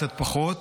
קצת פחות.